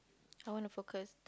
I wanna focus